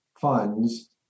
funds